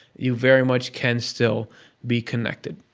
you very much can still be connected.